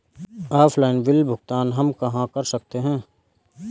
Offline bill भुगतान हम कहां कर सकते हैं?